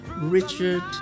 Richard